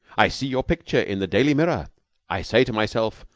i see your picture in the daily mirror i say to myself,